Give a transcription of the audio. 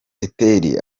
teteri